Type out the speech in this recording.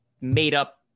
made-up